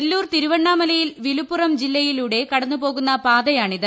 വെല്ലൂർ തിരുവണ്ണാമലയിൽ വിലുപ്പുറം ജില്ലയിലൂടെ കടന്നുപോകുന്ന പാതയാണിത്